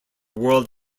world